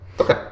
Okay